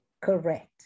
Correct